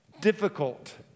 difficult